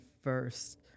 first